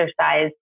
exercise